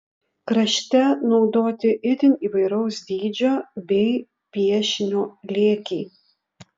krašte naudoti itin įvairaus dydžio bei piešinio lėkiai